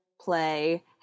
play